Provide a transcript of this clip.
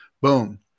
Boom